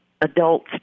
adults